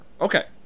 okay